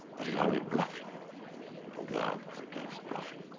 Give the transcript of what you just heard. there is only bluffing. and god forgives bluffing.